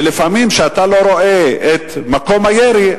ולפעמים כשאתה לא רואה את מקום הירי,